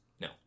No